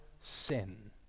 sin